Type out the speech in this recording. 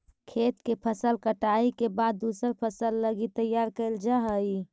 खेत के फसल कटाई के बाद दूसर फसल लगी तैयार कैल जा हइ